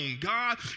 God